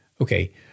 Okay